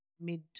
mid